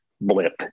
Blip